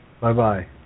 Bye-bye